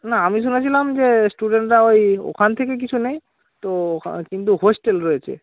না আমি শুনেছিলাম যে স্টুডেন্টরা ওই ওখান থেকে কিছু নেই তো হ্যাঁ কিন্তু হোস্টেল রয়েছে